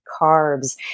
carbs